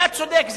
אתה צודק.